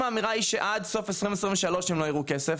ואם תגידו שעד סוף שנת 2023 הם לא יראו כסף,